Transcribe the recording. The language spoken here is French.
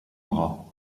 bras